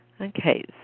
Okay